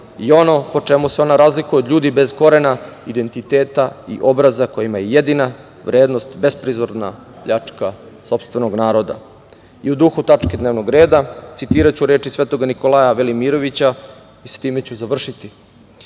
i ono po čemu se ona razlikuje od ljudi bez korena, identiteta i obraza, kojima je jedina vrednost besprizorna pljačka sopstvenog naroda.I u duhu tačke dnevnog reda, citiraću reči Svetoga Nikolaja Velimirovića i s time ću završiti.